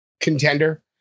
contender